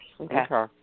Okay